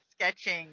sketching